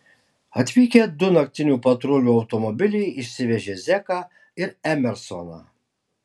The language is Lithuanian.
atvykę du naktinių patrulių automobiliai išsivežė zeką ir emersoną